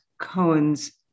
Cohen's